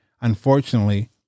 unfortunately